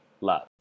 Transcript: Love